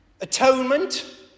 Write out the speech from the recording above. atonement